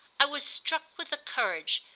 i was struck with the courage,